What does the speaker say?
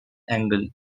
angel